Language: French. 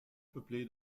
peuplé